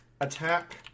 attack